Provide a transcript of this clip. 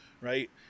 Right